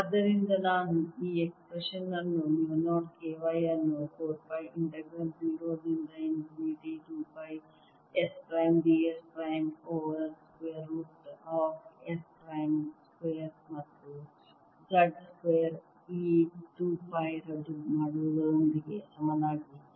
ಆದ್ದರಿಂದ ನಾನು ಈ ಎಕ್ಸ್ಪ್ರೆಶನ್ ಅನ್ನು ಮ್ಯೂ 0 K y ಅನ್ನು 4 ಪೈ ಇಂಟಿಗ್ರಲ್ 0 ರಿಂದ infinity 2 pi S prime d s prime over square root of S prime square ಮತ್ತು z ಸ್ಕ್ವೇರ್ ಈ 2 ಪೈ ರದ್ದು ಮಾಡುವುದರೊಂದಿಗೆ ಸಮನಾಗಿ ಬರೆಯಬಹುದು